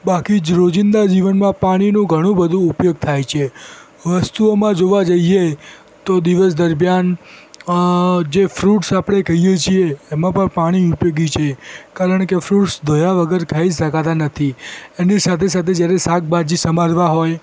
બાકી જ રોજિંદા જીવનમાં પાણીનું ઘણું બધુ ઉપયોગ થાય છે વસ્તુઓમાં જોવા જઈએ તો દિવસ દરમ્યાન જે ફ્રૂટ્સ આપણે ખાઈએ છીએ એમાં પણ પાણી ઉપયોગી છે કારણ કે ફ્રૂટ્સ ધોયા વગર ખાઈ શકાતા નથી અને સાથે સાથે જ્યારે શાકભાજી સમારવા હોય